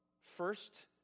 First